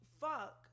fuck